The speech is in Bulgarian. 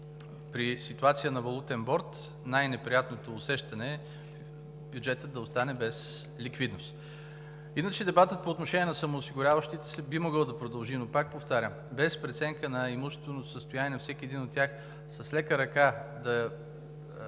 при ситуация на валутен борд най-неприятното усещане е бюджетът да остане без ликвидност. Иначе дебатът по отношение на самоосигуряващите се би могъл да продължи, но пак повтарям, без преценка на имущественото състояние на всеки един от тях с лека ръка да